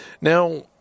now